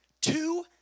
Two